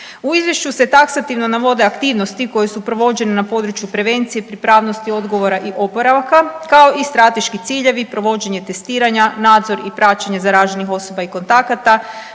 U izvješću se taksativno navode aktivnosti koje su provođene na području prevencije, pripravnosti odgovora i oporavka, kao i strateški ciljevi provođenje testiranja, nadzor i praćenje zaraženih osoba i kontakata,